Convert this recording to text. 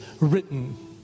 written